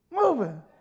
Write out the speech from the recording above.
moving